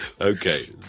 Okay